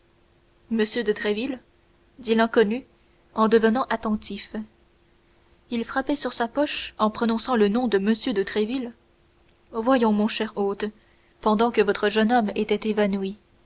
m de tréville dit l'inconnu en devenant attentif il frappait sur sa poche en prononçant le nom de m de tréville voyons mon cher hôte pendant que votre jeune homme était évanoui